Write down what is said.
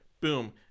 boom